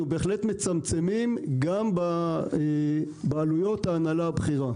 אנחנו בהחלט מצמצמים גם בעלויות ההנהלה הבכירה.